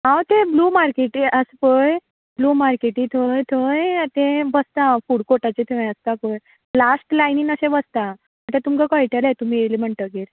हांव ते ब्लू मार्केटी आसा पळय ब्लू मार्केटी थंय थंय बसतां हांव फूड कोर्टाचे थंय आसतां पळय लास्ट लायनीन अशें बसता तें तुमकां कळटलें तुमी येले म्हणटकीर